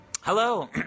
hello